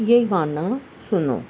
یہ گانا سنو